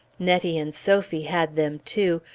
nettie and sophie had them, too,